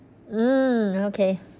mm okay